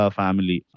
family